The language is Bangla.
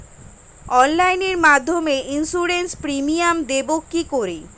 অনলাইনে মধ্যে ইন্সুরেন্স প্রিমিয়াম দেবো কি করে?